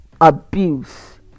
abuse